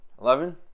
Eleven